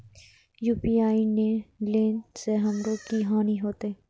UPI ने लेने से हमरो की हानि होते?